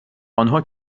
آنها